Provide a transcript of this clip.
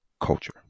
Culture